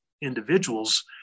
individuals